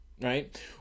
right